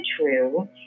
true